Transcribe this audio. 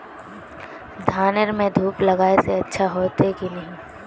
धानेर में धूप लगाए से अच्छा होते की नहीं?